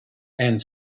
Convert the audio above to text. and